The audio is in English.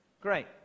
Great